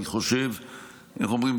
איך אומרים,